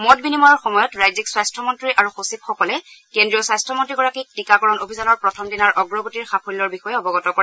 মত বিনিময়ৰ সময়ত ৰাজ্যিক স্বাস্থ্যমন্ত্ৰী আৰু সচিব সকলে কেন্দ্ৰীয় স্বাস্থ্যমন্ত্ৰীগৰাকীক টীকাকৰণ অভিযানৰ প্ৰথম দিনাৰ অগ্ৰগতি সাফল্যৰ বিষয়ে অৱগত কৰে